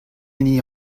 hini